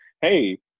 hey